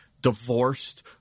divorced